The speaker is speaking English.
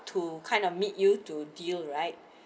to kind of meet you to deal right